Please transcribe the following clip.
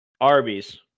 Arby's